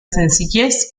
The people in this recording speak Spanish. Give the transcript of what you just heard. sencillez